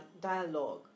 dialogue